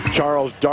Charles